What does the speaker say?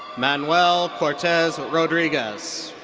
manuel cortez rodriguez.